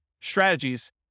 strategies